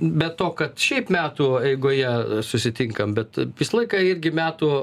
be to kad šiaip metų eigoje susitinkam bet visą laiką irgi metų